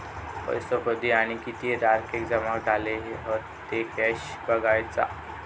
पैसो कधी आणि किती तारखेक जमा झाले हत ते कशे बगायचा?